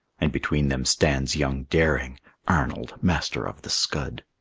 and between them stands young daring arnold, master of the scud.